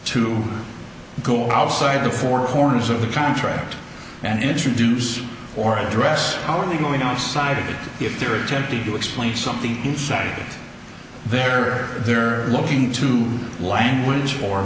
to go outside the four corners of the contract and introduce or address how are they going outside of it if they're attempting to explain something inside their they're looking into language or